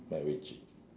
macritchie